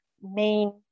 main